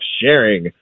sharing